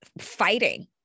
fighting